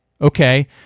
Okay